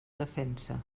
defensa